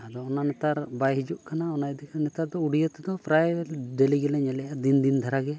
ᱟᱫᱚ ᱚᱱᱟ ᱱᱮᱛᱟᱨ ᱵᱟᱭ ᱦᱤᱡᱩᱜ ᱠᱟᱱᱟ ᱚᱱᱟ ᱤᱫᱤ ᱠᱟᱛᱮᱫ ᱱᱮᱛᱟᱨ ᱫᱚ ᱩᱰᱤᱭᱟᱹ ᱛᱮᱫᱚ ᱯᱨᱟᱭ ᱰᱮᱞᱤ ᱜᱮᱞᱮ ᱧᱮᱞᱮᱜᱼᱟ ᱫᱤᱱ ᱫᱤᱱ ᱫᱷᱟᱨᱟ ᱜᱮ